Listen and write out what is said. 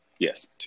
Yes